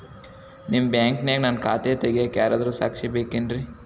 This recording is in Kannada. ನಿಮ್ಮ ಬ್ಯಾಂಕಿನ್ಯಾಗ ನನ್ನ ಖಾತೆ ತೆಗೆಯಾಕ್ ಯಾರಾದ್ರೂ ಸಾಕ್ಷಿ ಬೇಕೇನ್ರಿ?